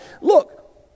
Look